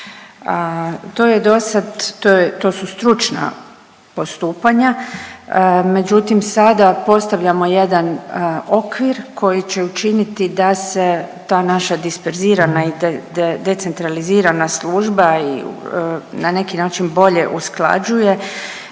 to su stručna postupanja, međutim sada postavljamo jedan okvir koji će učiniti da se ta naša disperzirana i decentralizirana služba i na neki način bolje usklađuje